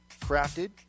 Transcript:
Crafted